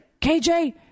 KJ